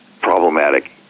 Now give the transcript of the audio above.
problematic